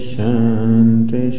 Shanti